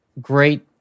great